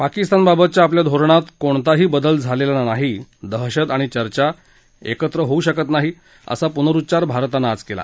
पाकिस्तान बाबतच्या आपल्या धोरणात कोणताही बदल झालेला नाही दहशत आणि चर्चा एकत्र होऊ शकत नाही असा पुनरुच्चार भारतानं आज केला